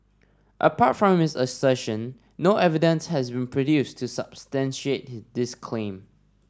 apart from this assertion no evidence has been produced to substantiate this claim